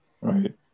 right